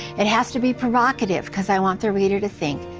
it has to be provocative because i want the reader to think.